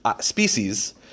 species